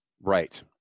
Right